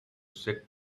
sit